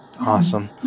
awesome